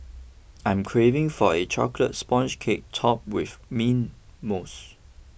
I'm craving for a Chocolate Sponge Cake Topped with Mint Mousse